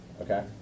Okay